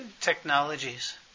technologies